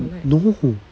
no